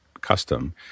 custom